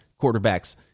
quarterbacks